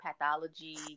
pathology